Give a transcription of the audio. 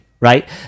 right